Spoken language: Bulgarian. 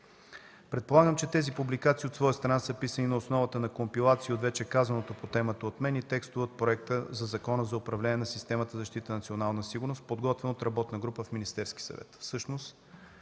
Предполагам, че тези публикации от своя страна са писани на основата на компилации от вече казаното по темата от мен и в текста от Проекта на Закона за управление на системата „Защита на националната сигурност”, подготвян от работна група в Министерския съвет.